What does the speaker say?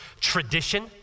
tradition